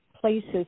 places